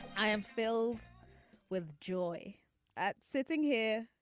i am filled with joy at sitting here.